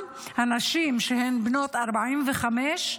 נשים בנות 45,